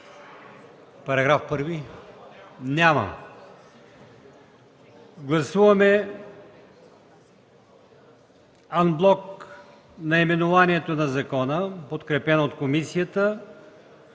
закона и § 1? Няма. Гласуваме анблок наименованието на закона, подкрепено от комисията